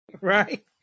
Right